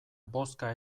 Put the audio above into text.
bozka